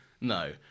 No